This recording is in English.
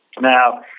Now